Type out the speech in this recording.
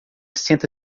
senta